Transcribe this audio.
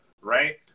right